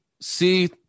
see